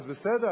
אז בסדר,